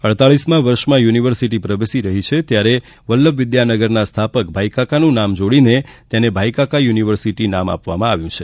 અડતાલીસમાં વર્ષમાં યુનિવર્સિટી પ્રવેશી રહી છે ત્યારે વલ્લભવિદ્યાનગરના સ્થાપક ભાઇકાકાનું નામ જોડીને ભાઇકાકા યુનિવર્સિટી કરવામાં આવ્યું છે